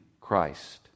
Christ